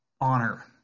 honor